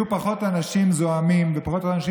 יהיו פחות אנשים זועמים ופחות אנשים